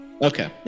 Okay